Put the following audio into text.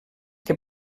que